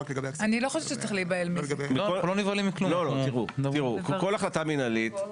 אנחנו עם המשפט של משפחות המחבלים ושל הגירוש,